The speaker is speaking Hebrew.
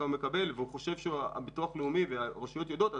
חושב שהביטוח הלאומי והרשויות יודעים,